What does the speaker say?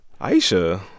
Aisha